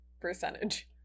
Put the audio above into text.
percentage